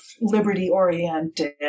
liberty-oriented